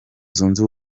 zunze